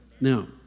Now